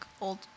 old